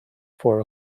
four